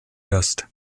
gast